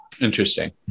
Interesting